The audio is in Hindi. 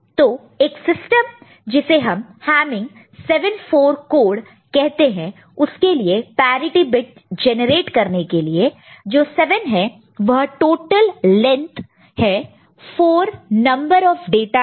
तो एक सिस्टम जिसे हम हैमिंग 74 कोड कहते हैं उसके लिए पैरिटि बिट जनरेट करने के लिए जो 7 है वह टोटल लेंथ है 4 नंबर ऑफ डाटा है